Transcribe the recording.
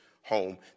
home